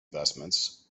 vestments